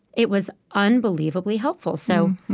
it was unbelievably helpful. so,